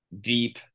deep